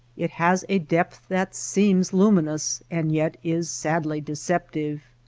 it has a depth that seems luminous and yet is sadly deceptive.